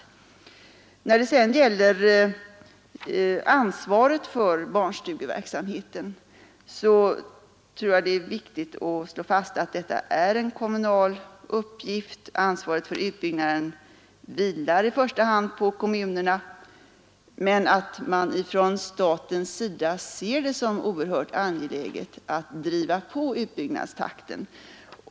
—— oe När det sedan gäller ansvaret för barnstugeverksamheten så tror jag det Ang. de centrala är viktigt att slå fast att detta är en kommunal uppgift — ansvaret för proven i svenska utbyggnaden vilar i första hand på kommunerna — men att man från statens sida ser det som oerhört angeläget att driva på utbyggnadstakten.